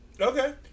Okay